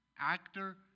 actor